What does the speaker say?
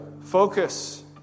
focus